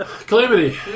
Calamity